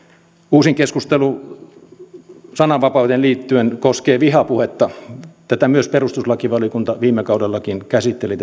uusin keskustelu sananvapauteen liittyen koskee vihapuhetta tätä vihapuheen käsitettä myös perustuslakivaliokunta viime kaudellakin käsitteli